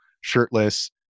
shirtless